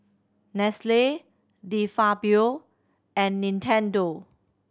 Nestle De Fabio and Nintendo